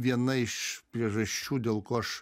viena iš priežasčių dėl ko aš